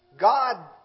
God